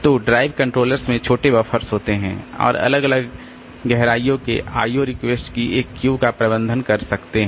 तो drive controllers में छोटे बफ़र्स होते हैं और अलग अलग गहराई के IO रिक्वेस्ट की एक क्यू का प्रबंधन कर सकते हैं